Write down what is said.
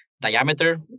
diameter